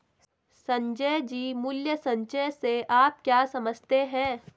संजय जी, मूल्य संचय से आप क्या समझते हैं?